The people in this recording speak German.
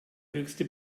höchste